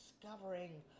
discovering